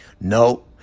No